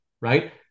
right